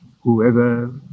whoever